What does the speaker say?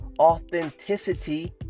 authenticity